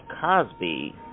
Cosby